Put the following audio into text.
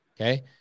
Okay